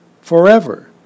forever